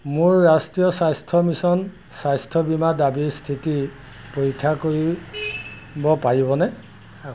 মোৰ ৰাষ্ট্ৰীয় স্বাস্থ্য মিচন স্বাস্থ্য বীমাত দাবী স্থিতি পৰীক্ষা কৰি কৰিব পাৰিবনে